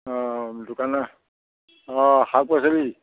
অ দোকানৰ অ শাক পাচলি